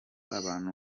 abantu